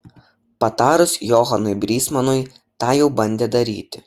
patarus johanui brysmanui tą jau bandė daryti